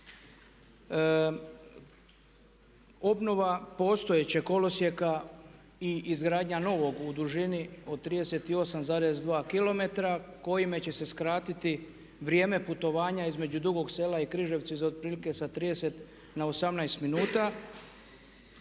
Obnova postojećeg kolosijeka i izgradnja novog u dužini od 38,2 km kojime će se skratiti vrijeme putovanja između Dugog Sela i Križevaca sa otprilike sa 30 na 18 minuta.